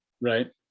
Right